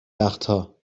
وقتها